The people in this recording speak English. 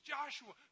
Joshua